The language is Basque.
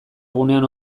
egunean